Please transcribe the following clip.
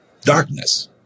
darkness